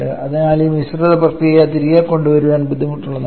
അതിനാൽ ഈ മിശ്രിത പ്രക്രിയ തിരികെ കൊണ്ടുവരാൻ ബുദ്ധിമുട്ടുള്ളതാണ്